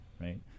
right